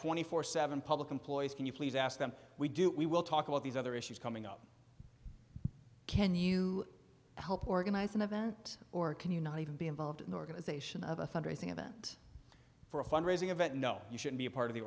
and forty seven public employees can you please ask them we do we will talk about these other issues coming up can you help organize an event or can you not even be involved in the organization of a fundraising event for a fundraising event no you should be a part of the